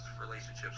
relationships